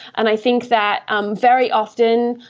and i think that, um very often,